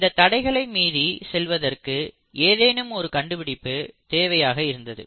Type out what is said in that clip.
இந்த தடைகளை மீறி செல்வதற்கு ஏதேனும் ஒரு கண்டுபிடிப்பு தேவையாக இருந்தது